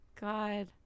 god